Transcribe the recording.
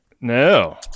No